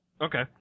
Okay